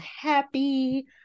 happy